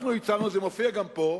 אנחנו הצענו, זה מופיע גם פה,